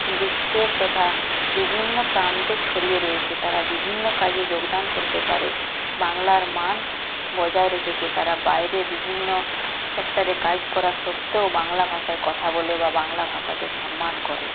বিশ্বের তথা বিভিন্ন প্রান্তে ছড়িয়ে রয়েছে তারা বিভিন্ন কাজে যোগদান করতে পারে বাংলার মান বজায় রেখেছে তারা বাইরে বিভিন্ন সেক্টরে কাজ করা সত্ত্বেও বাংলা ভাষায় কথা বলে বা বাংলা ভাষাকে সন্মান করে